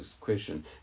question